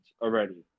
already